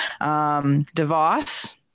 Devos